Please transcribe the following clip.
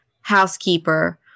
housekeeper